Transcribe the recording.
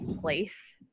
place